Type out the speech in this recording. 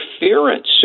interference